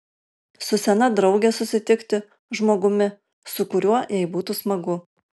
su sena drauge susitikti žmogumi su kuriuo jai būtų smagu